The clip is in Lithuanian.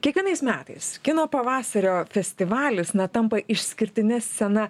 kiekvienais metais kino pavasario festivalis na tampa išskirtine scena